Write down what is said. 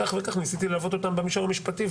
ניסיתי ללוות אותם במישור המשפטי,